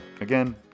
Again